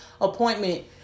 appointment